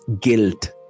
guilt